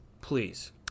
Please